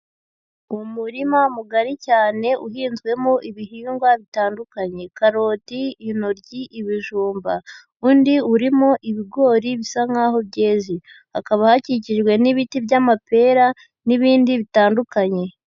Umurima mugari cyane uhinzwemo ibihingwa bitandukanye: karoti, intoryi, ibijumba. Undi urimo ibigori bisa nk'aho byeze. Hakaba hakikijwe n'ibiti by'amapera n'ibindi bitandukanye.